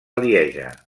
lieja